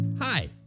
Hi